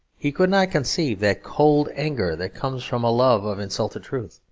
he could not conceive that cold anger that comes from a love of insulted truth.